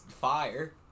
fire